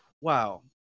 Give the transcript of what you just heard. wow